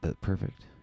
Perfect